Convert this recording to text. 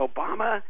Obama